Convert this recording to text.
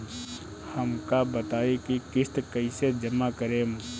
हम का बताई की किस्त कईसे जमा करेम?